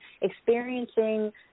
experiencing